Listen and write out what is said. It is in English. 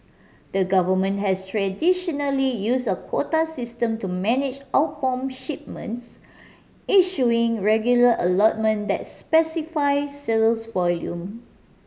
the government has traditionally used a quota system to manage outbound shipments issuing regular allotment that specify sales volume